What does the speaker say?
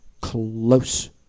close